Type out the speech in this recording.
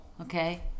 Okay